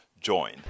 join